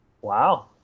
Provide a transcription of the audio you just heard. Wow